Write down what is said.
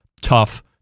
tough